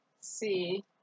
see